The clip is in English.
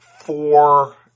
four